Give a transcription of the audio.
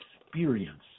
experience